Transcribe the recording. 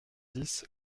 dix